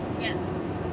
Yes